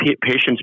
Patients